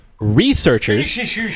researchers